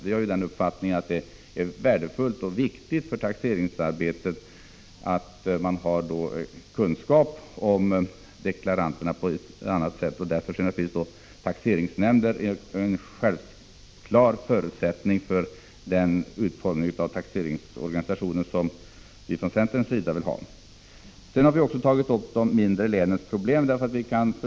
Vi har den uppfattningen att det är värdefullt och viktigt för taxeringsarbetet att taxeringsnämnden har kunskap om deklaranternas förhållanden. För oss i centerpartiet är det en självklar förutsättning att taxeringsorganisationen skall utformas så att man har lokala representanter. Vi har också tagit upp de mindre länens problem.